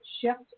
shift